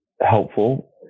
helpful